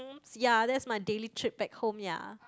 ya that's my daily trip back home ya